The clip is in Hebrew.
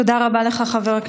תודה רבה, גברתי.